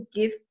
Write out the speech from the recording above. give